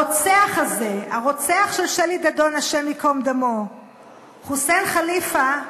הרוצח הזה, הרוצח של שלי דדון הי"ד, חוסיין חליפה,